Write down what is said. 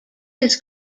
his